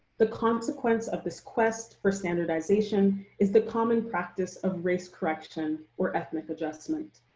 the consequence of this quest for standardization is the common practice of race correction or ethnic adjustment.